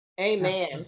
Amen